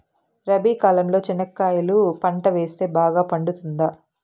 రబి కాలంలో చెనక్కాయలు పంట వేస్తే బాగా పండుతుందా?